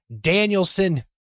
Danielson